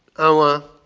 our